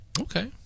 okay